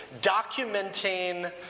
documenting